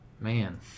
Man